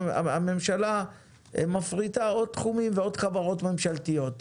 הממשלה מפריטה עוד תחומים ועוד חברות ממשלתיות.